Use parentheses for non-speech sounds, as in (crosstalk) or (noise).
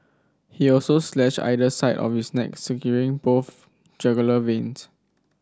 he also slashed either side of his neck (unintelligible) both jugular (unintelligible)